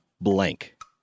blank